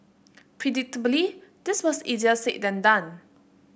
predictably this was easier said than done